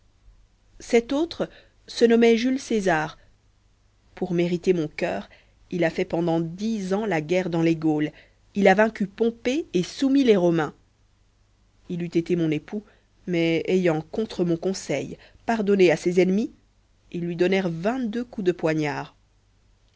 cet autre se nommait jules césar pour mériter mon cœur il a fait pendant dix ans la guerre dans les gaules il a vaincu pompée et soumis les romains il eût été mon époux mais ayant contre mon conseil pardonné à ses ennemis ils lui donnèrent vingt-deux coups de poignard